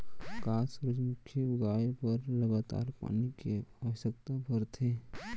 का सूरजमुखी उगाए बर लगातार पानी के आवश्यकता भरथे?